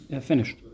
finished